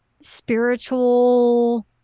spiritual